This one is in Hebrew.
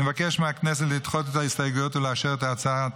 אני מבקש מהכנסת לדחות את ההסתייגויות ולאשר את הצעת